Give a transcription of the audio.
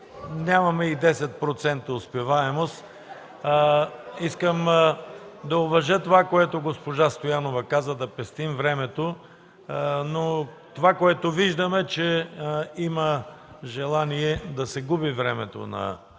Нямаме и 10% успеваемост. Искам да уважа това, което госпожа Стоянова каза – да пестим времето. Но това, което виждам, е, че има желание да се губи времето на народното